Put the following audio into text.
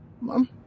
mom